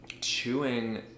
chewing